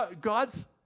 God's